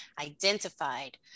identified